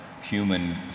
human